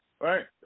right